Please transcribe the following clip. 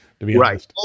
Right